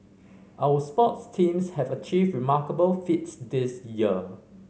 our sports teams have achieved remarkable feats this year